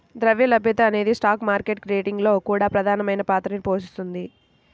ద్రవ్య లభ్యత అనేది స్టాక్ మార్కెట్ ట్రేడింగ్ లో కూడా ప్రధానమైన పాత్రని పోషిస్తుంది